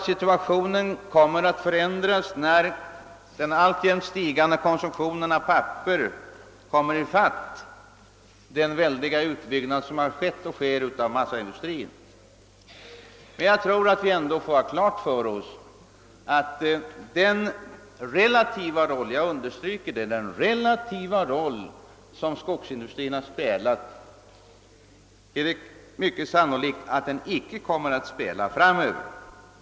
Situationen kommer också att förändras genom att den alltjämt stigande konsumtionen av papper så att säga kommer ifatt den väldiga utbyggnad som har skett och sker inom massaindustrin. Men jag tror att vi ändå får ha klart för oss att samma relativa roll som skogsindustrin har spelat kommer den sannolikt inte att spela framöver.